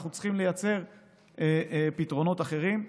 אנחנו צריכים לייצר פתרונות אחרים.